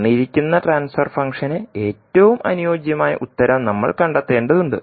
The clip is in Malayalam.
തന്നിരിക്കുന്ന ട്രാൻസ്ഫർ ഫംഗ്ഷന് ഏറ്റവും അനുയോജ്യമായ ഉത്തരം നമ്മൾ കണ്ടെത്തേണ്ടതുണ്ട്